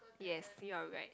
yes we are right